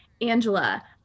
Angela